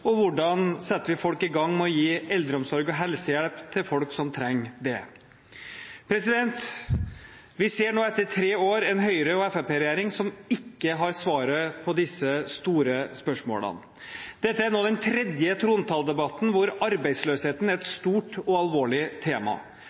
Og hvordan setter vi folk i gang med å gi eldreomsorg og helsehjelp til folk som trenger det? Vi ser nå etter tre år en Høyre–Fremskrittsparti-regjering som ikke har svaret på disse store spørsmålene. Dette er nå den tredje trontaledebatten hvor arbeidsløsheten er et stort og alvorlig tema.